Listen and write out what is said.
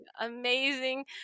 amazing